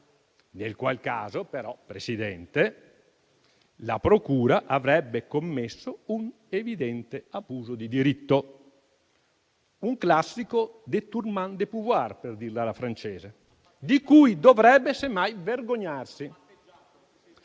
In quel caso, però, Presidente, la procura avrebbe commesso un evidente abuso di diritto, un classico *détournement de pouvoir,* per dirlo alla francese, di cui dovrebbe semmai vergognarsi.